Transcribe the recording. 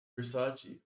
versace